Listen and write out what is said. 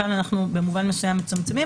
כאן אנחנו במובן מסוים מצמצמים.